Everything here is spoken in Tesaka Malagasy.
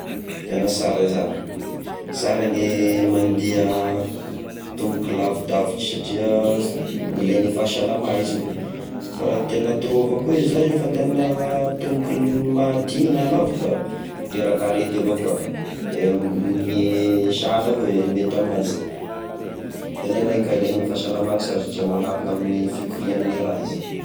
Tegna sara iza, sara ny mandiha tomboky lavidavitry satria ilaign'ny fahasalama izy io, fa raha tena trop avao ko io zashy fandihagna tomboky m- mahadigny na lavy da miteraky arety avao koa, eh sahala avao i mety amignazy, tegna ilaigna ka, ilaigna amy fahasalama sazy satria manampy ka amy fikoriagny ny rà izy io.